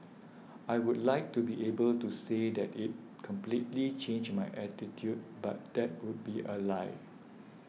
I would like to be able to say that it completely changed my attitude but that would be a lie